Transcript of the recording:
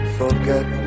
forget